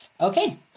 Okay